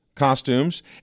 Costumes